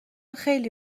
خیلی